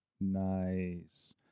Nice